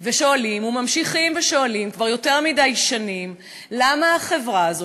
ושואלים וממשיכים ושואלים כבר יותר מדי שנים למה החברה הזאת,